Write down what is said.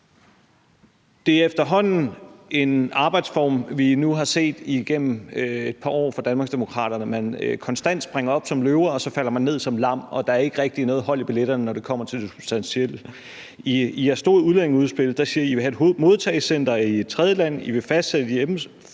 Det er efterhånden en arbejdsform, vi nu igennem et par år har set fra Danmarksdemokraterne, at man konstant springer op som løver og så falder ned som lam, og at der ikke rigtigt er noget hold i billetterne, når det kommer til det substantielle. I jeres store udlændingeudspil siger I, at I vil have et modtagecenter i et tredjeland, I vil fortsætte